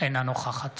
אינה נוכחת